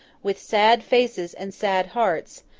with sad faces and sad hearts,